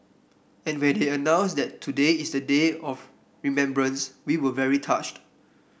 and when he announced that today is a day of remembrance we were very touched